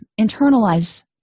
internalize